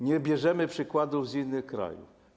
Nie bierzemy przykładu z innych krajów.